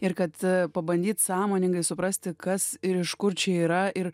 ir kad pabandyt sąmoningai suprasti kas ir iš kur čia yra ir